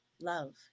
love